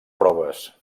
proves